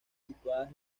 situadas